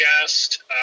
guest